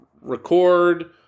record